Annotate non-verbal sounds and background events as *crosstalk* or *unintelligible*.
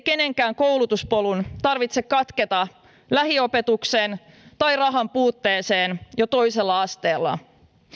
*unintelligible* kenenkään koulutuspolun tarvitse katketa lähiopetuksen tai rahan puutteeseen jo toisella asteella